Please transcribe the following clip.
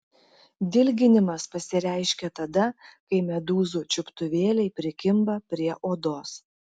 dilginimas pasireiškia tada kai medūzų čiuptuvėliai prikimba prie odos